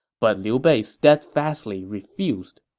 but liu bei steadfastly refused